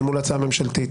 מול הצעה ממשלתית